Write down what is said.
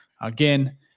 Again